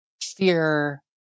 fear